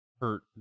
hurt